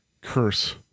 curse